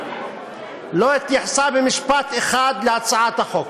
לא התייחסה במשפט אחד להצעת החוק.